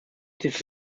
ist